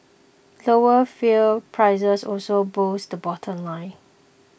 lower fuel prices also boosted the bottom line